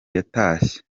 yatashye